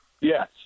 Yes